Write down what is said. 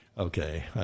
Okay